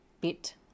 bit